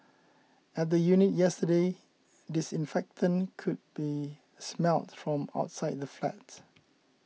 at the unit yesterday disinfectant could be smelt from outside the flat